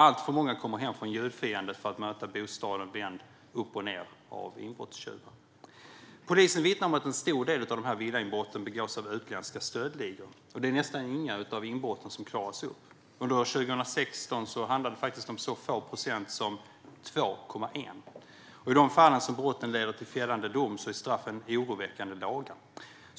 Alltför många kommer hem från julfirandet till en bostad som vänts upp och ned av inbrottstjuvar. Polisen vittnar om att en stor del av dessa villainbrott begås av utländska stöldligor. Nästan inga av inbrotten klaras upp. Under 2016 handlade det faktiskt om så få som 2,1 procent. I de fall brotten leder till fällande dom är straffen oroväckande låga.